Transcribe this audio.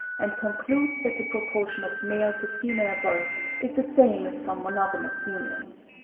and concludes that the proportion of male to female births is the same as from monogamous unions.